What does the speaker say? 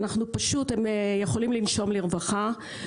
הם יכולים לנשום לרווחה.